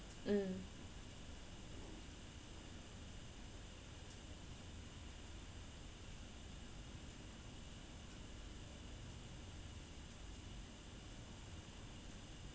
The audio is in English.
mm